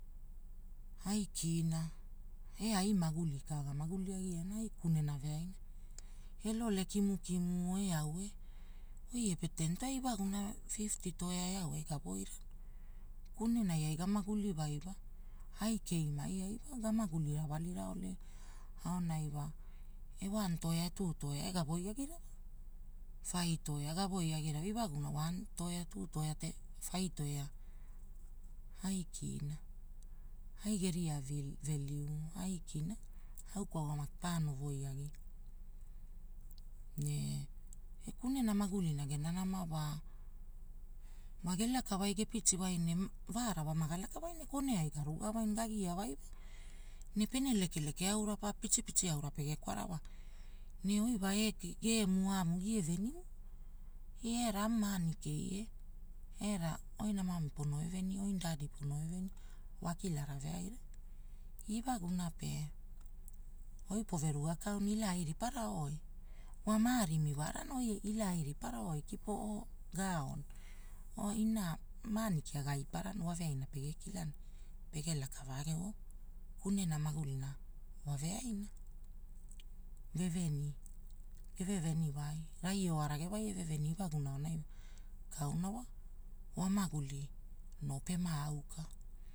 Aikina, e ai mauli ka gamagili agiana, ai kune magulina veaina, ee lole kimu kimu eau oi epe teen toea, oi iwagumon fifty toea eau kika woira. Kunenai ai gamaguliwai wa ai keimai ai wa gamaguli rawali ra ole, aonai wa e wan toea, tu toea e gawoiagirauwai, fai toea gavoi agiarawai iwaguna wan toea, tu toea fai toea. Aikina, ai geria veliu aikina wa au kwaua maki paono woagia. Ne, kunena magulina gena nama wa, wa gelakawai, gepitiwai ne vaara magalakawai kone ai maga rugawai ne gagiawai wa. Ne pene lekeleke aura pa pitipiti pege kwara wa, ne oi wa gemu gamu ie venimu. Era amu aamu maani kei e era oina maami pono ve venia oina daadi pono ve venia, wakilara veaira. Iwaguna pe oi pove rugakau ne ila airipara oi. Kipo gaao, oo ina maani kia gaiparana waveaina pegekila ne pege laka vaa gevomu. Kunene magulina eveaina, veveni, geve veniwai, nai eoragewai eveveniwai, na iwaguna kauua wa, vomaguli noo pema aoka